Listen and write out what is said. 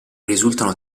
risultano